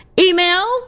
Email